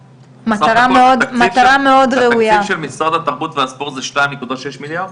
התקציב של משרד התרבות והספורט זה שתיים נקודה שישה מיליארד,